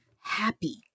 happy